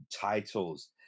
titles